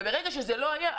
וברגע שזה לא היה,